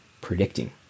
predicting